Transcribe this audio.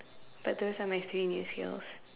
but those are my three new skills